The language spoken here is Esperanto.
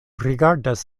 rigardas